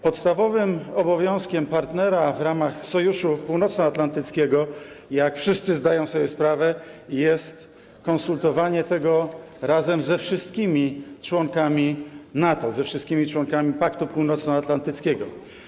Podstawowym obowiązkiem partnera w ramach Sojuszu Północnoatlantyckiego, jak wszyscy zdają sobie sprawę, jest konsultowanie tego ze wszystkimi członkami NATO, ze wszystkimi członkami Paktu Północnoatlantyckiego.